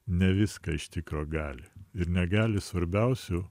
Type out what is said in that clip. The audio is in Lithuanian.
ne viską iš tikro gali ir negali svarbiausių